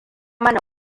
mana